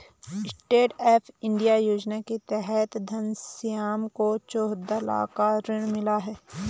stand up India योजना के तहत घनश्याम को चौदह लाख का ऋण मिला है